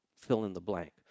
fill-in-the-blank